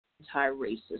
anti-racist